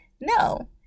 no